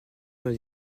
dans